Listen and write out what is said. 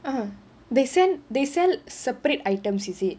ah they sell they sell separate items is it